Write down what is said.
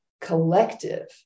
collective